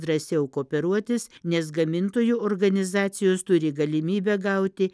drąsiau kooperuotis nes gamintojų organizacijos turi galimybę gauti